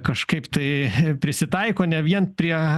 kažkaip tai prisitaiko ne vien prie